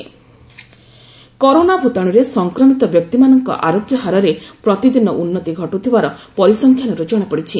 Covid nineteen cases corona ଭୂତାଣୁରେ ସଂକ୍ରମିତ ବ୍ୟକ୍ତିମାନଙ୍କର ଆରୋଗ୍ୟ ହାରରେ ପ୍ରତିଦିନ ଉନ୍ନତି ଘଟୁଥିବାର ପରିସଂଖ୍ୟାନରୁ ଜଣାପଡ଼ିଛି